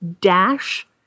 dash